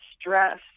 stress